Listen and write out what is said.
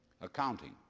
accounting